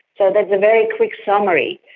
so that's a very quick summary,